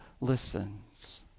listens